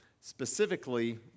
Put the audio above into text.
specifically